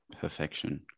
Perfection